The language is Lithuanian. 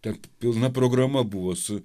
ten pilna programa buvo su